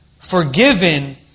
Forgiven